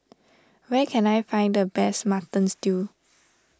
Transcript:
where can I find the best Mutton Stew